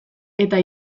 eta